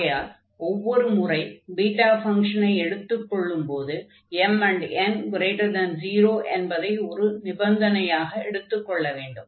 ஆகையால் ஒவ்வொரு முறை பீட்டா ஃபங்ஷனை எடுத்துக் கொள்ளும்போது mn0 என்பதை ஒரு நிபந்தனையாக எடுத்துக்கொள்ள வேண்டும்